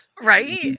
right